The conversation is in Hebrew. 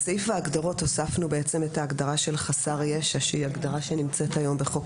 בסעיף ההגדרות הוספנו את ההגדרה של חסר ישע שהיא הגדרה שנמצאת היום בחוק